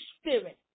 spirit